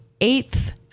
eighth